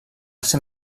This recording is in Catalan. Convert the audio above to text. ser